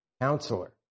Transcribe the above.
Counselor